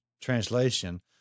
translation